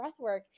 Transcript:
breathwork